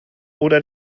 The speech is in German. oder